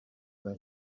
than